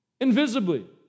Invisibly